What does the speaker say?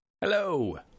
hello